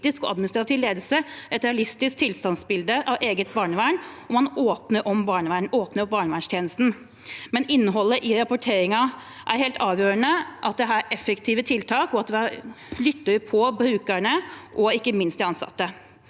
og administrativ ledelse et realistisk tilstandsbilde av eget barnevern, og man åpner opp barnevernstjenesten. Men innholdet i rapporteringen er helt avgjørende: at det er effektive tiltak, og at man lytter til brukerne og ikke minst de ansatte.